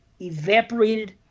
evaporated